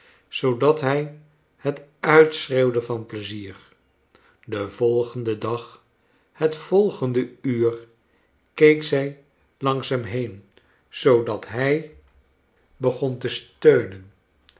zoodat hij het uitschreeuwde van plezier den volgenden dag het volgende uur keek zij langs hem been zoodat hij begon te steunen